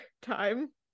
Time